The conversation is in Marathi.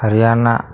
हरियाणा